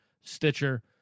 Stitcher